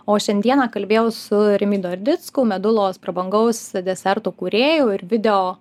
o šiandieną kalbėjau su rimvydu ardicku medulos prabangaus desertų kūrėju ir video